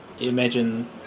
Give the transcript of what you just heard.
imagine